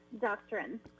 doctrine